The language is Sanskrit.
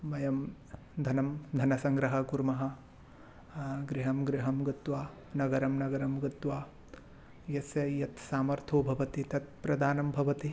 वयं धनं धनसंग्रहं कुर्मः गृहं गृहं गत्वा नगरं नगरं गत्वा यस्य यत्र सामर्थ्यं भवति तत् प्रदानं भवति